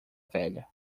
velha